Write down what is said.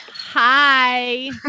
hi